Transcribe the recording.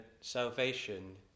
salvation